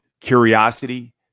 curiosity